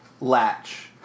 latch